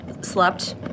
slept